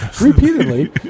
Repeatedly